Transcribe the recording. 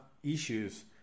issues